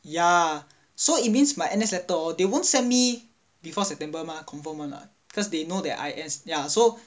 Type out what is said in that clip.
ya so it means my N_S letter hor they won't send me before september mah confirm [one] because they know that I N_S ya so